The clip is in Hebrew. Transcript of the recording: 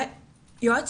יועץ